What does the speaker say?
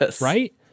Right